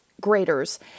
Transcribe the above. graders